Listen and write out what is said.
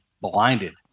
blinded